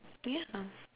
yeah